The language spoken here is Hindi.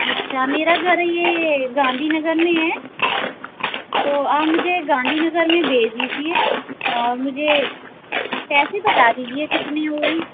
अच्छा मेरा घर ये गांधीनगर में है तो आप मुझे गांधीनगर में भेज दीजिए और मुझे पैसे बता दीजिए कितने हुए